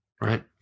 Right